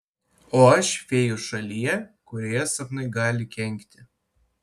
o aš fėjų šalyje kurioje sapnai gali kenkti